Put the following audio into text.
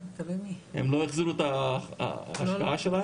הם לא החזירו את ההשקעה שלהם?